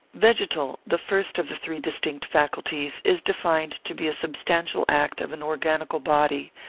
vegetal, the first of the three distinct faculties, is defined to be a substantial act of an organical body,